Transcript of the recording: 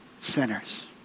sinners